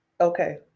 Okay